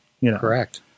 Correct